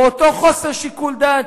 באותו חוסר שיקול דעת,